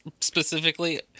specifically